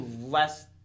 less